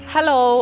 Hello